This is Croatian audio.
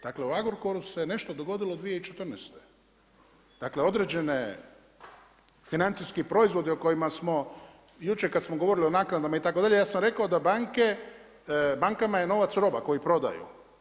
Dakle u Agrokoru se nešto dogodilo 2014., dakle određeni financijski proizvodi o kojima smo jučer kada smo govorili o naknadama itd., ja sam rekao da bankama je novac roba koji prodaju.